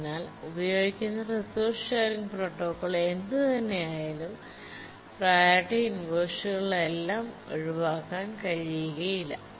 അതിനാൽ ഉപയോഗിക്കുന്ന resource sharing protocol എന്തുതന്നെയായാലും പ്രിയോറിറ്റി ഇൻവെർഷനുകളെല്ലാം ഒഴിവാക്കാൻ കഴിയില്ല